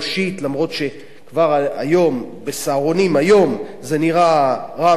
אף שב"סהרונים" כבר היום זה נראה רע מאוד,